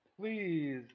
Please